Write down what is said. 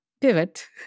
pivot